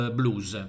blues